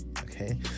Okay